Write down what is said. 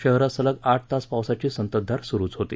शहरात सलग आठ तास पावसाची संततधार सुरुच होती